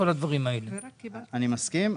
אני מסכים.